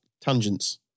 tangents